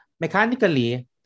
Mechanically